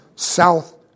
south